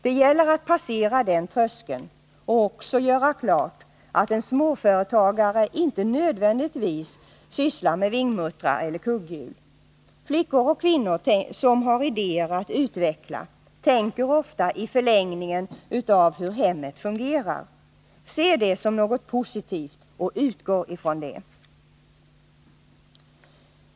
Det gäller att passera den tröskeln och också göra klart att en småföretagare inte nödvändigtvis sysslar med vingmuttrar eller kugghjul. Flickor och kvinnor som har idéer att utveckla tänker ofta i förlängningen av hur hemmet fungerar. Se det som något positivt och utgå från det!